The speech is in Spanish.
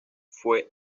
fue